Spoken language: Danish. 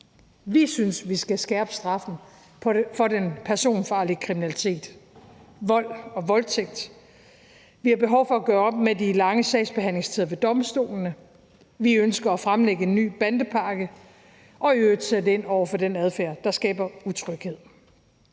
Vi synes, at vi skal skærpe straffen for den personfarlige kriminalitet, vold og voldtægt. Vi har behov for at gøre op med de lange sagsbehandlingstider ved domstolene. Vi ønsker at fremlægge en ny bandepakke og i øvrigt sætte ind over for den adfærd, der skaber utryghed.